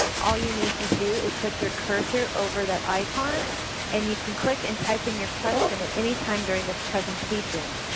all you need to do is put your cursor over that icon and you can click and type in your question anytime during this presentation.